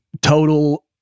total